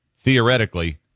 theoretically